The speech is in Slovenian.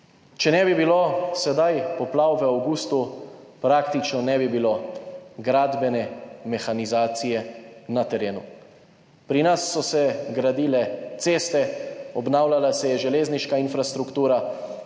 Če ne bi bilo sedaj poplav v avgustu, praktično ne bi bilo gradbene mehanizacije na terenu. Pri nas so se gradile ceste, obnavljala se je železniška infrastruktura